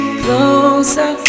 closer